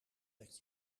dat